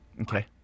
Okay